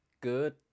Good